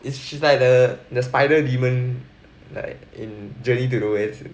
it's just like the the spider demon like in journey to the west